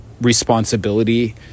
responsibility